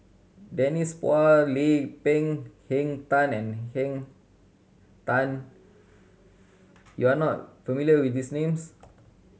Denise Phua Lay Peng Henn Tan and Henn Tan you are not familiar with these names